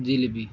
jalebi